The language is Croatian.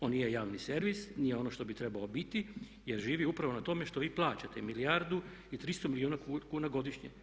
On nije javni servis, nije ono što bi trebao biti, jer živi upravo na tome što vi plaćate milijardu i 300 milijuna kuna godišnje.